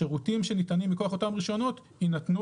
השירותים שניתנם מכוח אותם רישיונות יינתנו